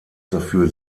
dafür